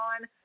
on